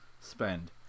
spend